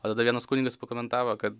o tada vienas kunigas pakomentavo kad